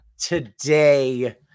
today